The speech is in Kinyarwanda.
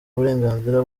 uburenganzira